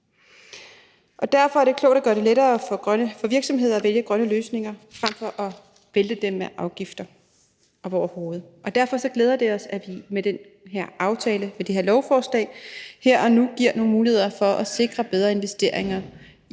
Derfor er det klogt at gøre det lettere for virksomheder at vælge grønne løsninger frem for at vælte dem med afgifter. Derfor glæder det os, at vi med den her aftale, med det her lovforslag, her og nu giver nogle muligheder for at sikre bedre investeringer